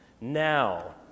Now